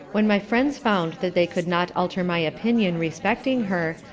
when my friends found that they could not alter my opinion respecting her,